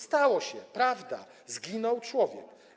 Stało się, prawda, zginął człowiek.